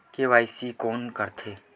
KYC कोन करथे?